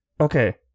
Okay